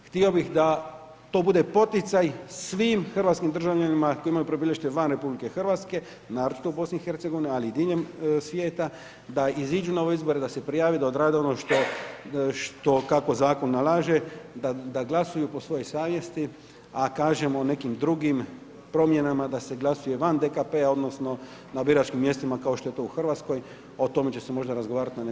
Htio bi da to bude poticaj svim hrvatskim državljanima, koji imaju prebivalište van RH, naročito u BIH, ali i diljem, svijeta, da iziđu na ove izbore, da se prijave, da odrade ono što kako zakon nalaže, da glasuju po svojoj savjesti, a kažem o nekim drugim promjenama da se glasuje van DKP-a odnosno, na biračkim mjestima kao što je to u Hrvatskoj, o tome će možda razgovarati na nekoj drugoj razini.